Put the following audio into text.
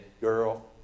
girl